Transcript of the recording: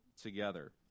together